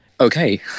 Okay